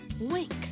Wink